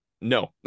no